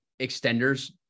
extenders